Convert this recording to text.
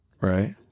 Right